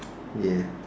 ya